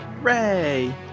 Hooray